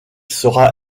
sera